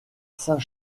saint